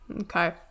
Okay